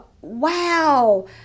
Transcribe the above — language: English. wow